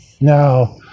now